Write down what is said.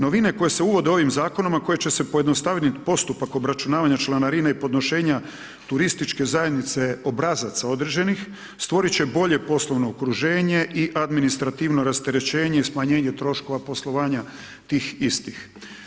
Novine koje se uvode ovim zakonima, a koje će se pojednostaviti postupak obračunavanja članarine i podnošenja turističke zajednice obrazaca određenih, stvoriti će bolje poslovno okruženje i administrativno rasterećenje smanjenje troškova poslovanja tih istih.